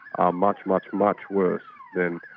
are much, much, much worse than